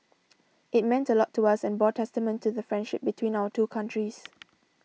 it meant a lot to us and bore testament to the friendship between our two countries